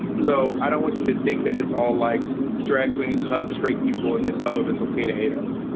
so i don't want you to think that it's all like trackways, hug straight people and then tell them it's ok to hate us.